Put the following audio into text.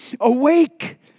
Awake